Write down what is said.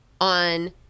on